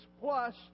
plus